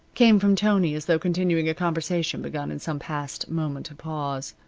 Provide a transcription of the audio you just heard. came from tony, as though continuing a conversation begun in some past moment of pause,